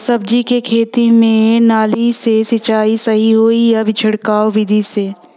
सब्जी के खेती में नाली से सिचाई सही होई या छिड़काव बिधि से?